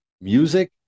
music